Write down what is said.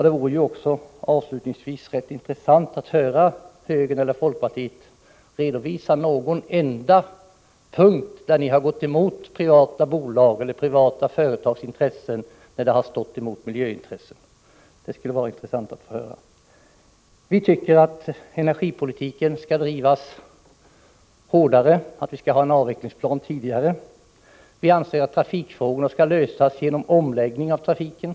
Det vore också rätt intressant att höra högern eller folkpartiet redovisa någon enda punkt, där ni har gått emot privata företags intressen, när dessa stått emot miljöintressen. Energipolitiken skall drivas hårdare. Det skall finnas en tidigare avvecklingsplan. Vi anser att trafikfrågorna skall lösas genom en omläggning av trafiken.